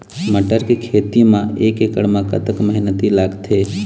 मटर के खेती म एक एकड़ म कतक मेहनती लागथे?